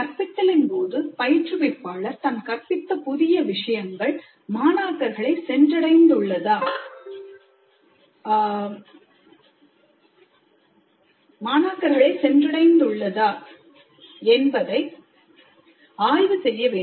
கற்பித்தலின் போது பயிற்றுவிப்பாளர் தான் கற்பித்த புதிய விஷயங்கள் மாணாக்கர்களை சென்றடைந்து உள்ளதா என்பதை ஆய்வு செய்ய வேண்டும்